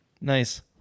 Nice